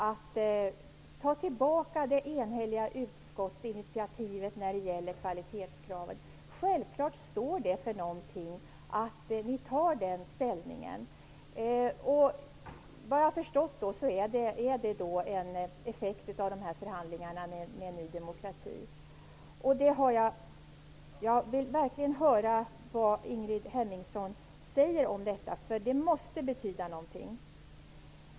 Hon går emot det enhälliga utskottsinitiativet när det gäller kvalitetskraven. Att ni tar ställning på det sättet måste självfallet stå för någonting. Såvitt jag har förstått är det en effekt av förhandlingarna med Ny demokrati. Jag vill höra vad Ingrid Hemmingsson säger om detta. Det måste betyda någonting.